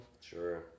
Sure